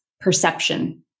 perception